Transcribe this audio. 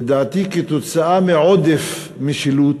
לדעתי, כתוצאה מעודף משילות,